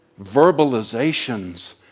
verbalizations